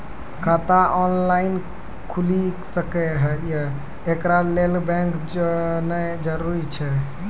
खाता ऑनलाइन खूलि सकै यै? एकरा लेल बैंक जेनाय जरूरी एछि?